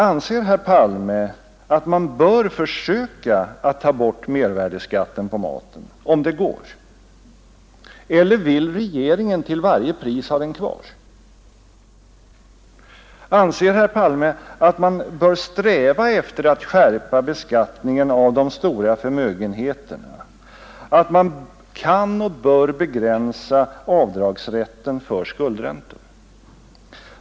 Anser herr Palme att man bör försöka ta bort mervärdeskatten på mat, om det går, eller vill regeringen till varje pris ha den kvar? Anser herr Palme att man bör sträva efter att skärpa beskattningen av de stora förmögenheterna och att man kan och bör begränsa avdragsrätten för skuldräntor?